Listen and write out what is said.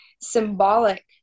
symbolic